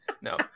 no